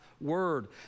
word